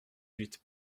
huit